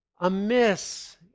amiss